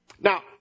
Now